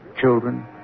children